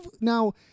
now